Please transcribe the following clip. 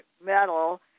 metal